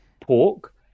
pork